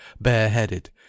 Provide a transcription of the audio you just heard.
bareheaded